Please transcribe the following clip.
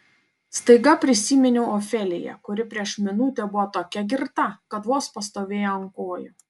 staiga prisiminiau ofeliją kuri prieš minutę buvo tokia girta kad vos pastovėjo ant kojų